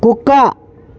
కుక్క